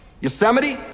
Yosemite